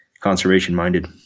conservation-minded